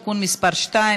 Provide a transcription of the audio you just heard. הצעת חוק הגנת הצרכן (תיקון מס' 54)